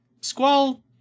Squall